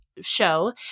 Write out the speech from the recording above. show